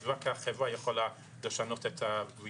אז רק הרישום רק החברה יכולה לשנות את הרישום.